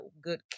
good